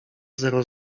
zero